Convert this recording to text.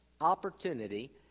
opportunity